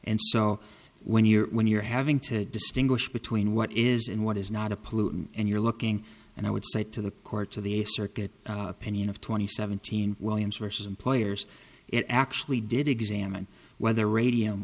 and so when you're when you're having to distinguish between what is and what is not a pollutant and you're looking and i would say to the court to the circuit opinion of twenty seventeen williams versus employers it actually did examine whether radium